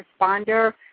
responder